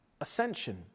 ascension